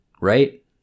right